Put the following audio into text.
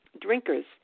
drinkers